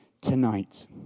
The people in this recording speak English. tonight